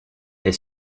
est